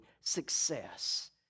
success